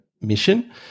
mission